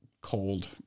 cold